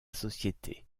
société